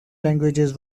languages